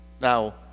Now